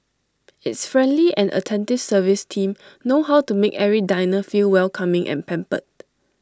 its friendly and attentive service team know how to make every diner feel welcoming and pampered